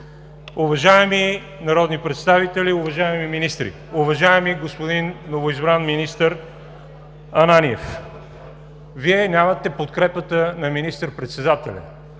Уважаеми народни представители, уважаеми министри! Уважаеми господин новоизбран министър Ананиев, Вие нямате подкрепата на министър-председателя.